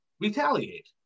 retaliate